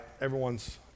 everyone's